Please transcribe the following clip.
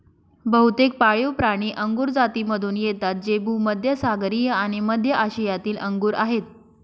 बहुतेक पाळीवप्राणी अंगुर जातीमधून येतात जे भूमध्य सागरीय आणि मध्य आशियातील अंगूर आहेत